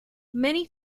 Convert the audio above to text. many